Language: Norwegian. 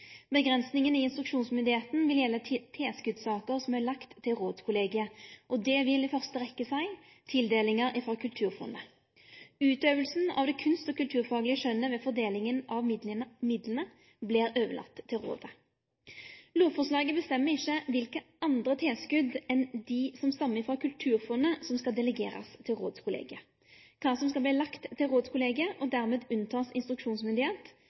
i instruksjonsmyndigheita vil gjelde tilskotssaker som er lagde til rådskollegiet. Det vil i første rekke seie tildelingar frå Kulturfondet. Utføringa av det kunst- og kulturfaglege skjønnet ved fordelinga av midlane vert overlaten til rådet. Lovforslaget bestemmer ikkje kva andre tilskot enn dei som stammer frå Kulturfondet, som skal delegerast til rådskollegiet. Kva som skal verte lagt til rådskollegiet og dermed verte unnateke instruksjonsmyndigheit,